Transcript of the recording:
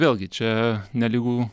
vėlgi čia nelygu